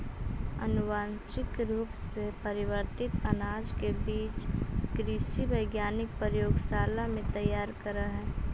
अनुवांशिक रूप से परिवर्तित अनाज के बीज कृषि वैज्ञानिक प्रयोगशाला में तैयार करऽ हई